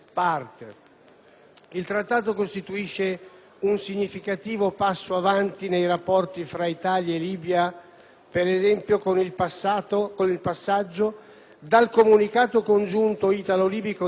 per esempio, con il passaggio dal comunicato congiunto italo-libico del 4 luglio 1998 ad un vero e proprio accordo di amicizia, partenariato e collaborazione.